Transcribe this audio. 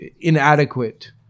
inadequate